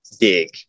dig